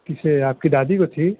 کسے آپ کی دادی کو چاہیے